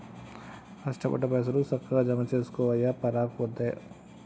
కష్టపడ్డ పైసలు, సక్కగ జమజేసుకోవయ్యా, పరాకు రావద్దు